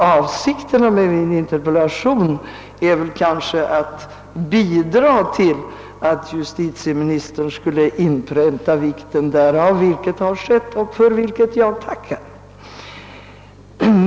Avsikten med min interpellation har bl.a. varit just att få justitieministern att inpränta vikten därav — något som nu har skett och för vilket jag tackar.